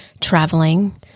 traveling